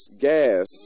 gas